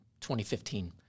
2015